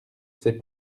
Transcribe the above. ces